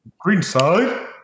Greenside